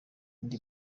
indi